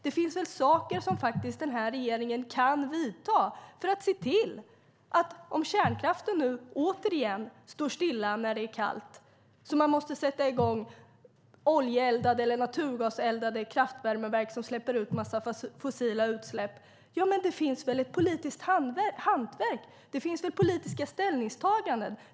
Det finns väl åtgärder som den här regeringen kan vidta om kärnkraften nu återigen står stilla när det är kallt och man måste sätta i gång oljeeldade eller naturgaseldade kraftvärmeverk som ger en massa fossila utsläpp? Det finns väl politiska ställningstaganden?